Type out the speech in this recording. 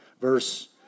Verse